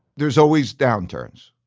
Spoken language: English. there's always downturns.